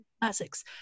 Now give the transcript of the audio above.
classics